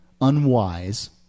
unwise